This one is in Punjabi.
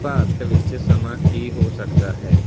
ਭਾਰਤ ਵਿੱਚ ਸਮਾਂ ਕੀ ਹੋ ਸਕਦਾ ਹੈ